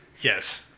Yes